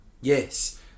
Yes